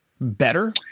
better